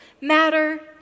matter